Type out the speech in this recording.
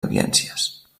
audiències